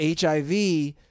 HIV